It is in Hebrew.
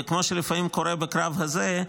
וכמו שלפעמים קורה בקרב הזה,